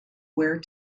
where